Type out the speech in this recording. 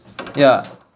yeah